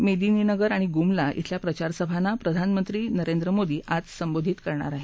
मेदिनीनगर आणि गुमला श्विल्या प्रसारसभांना आज प्रधानमंत्री नरेंद्र मोदी संबोधित करणार आहेत